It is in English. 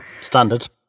Standard